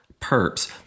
perps